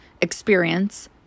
experience